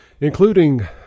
including